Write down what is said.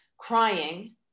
crying